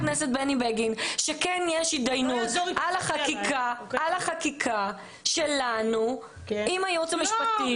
בני בגין שכן יש התדיינות על החקיקה שלנו עם הייעוץ המשפטי.